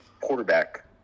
quarterback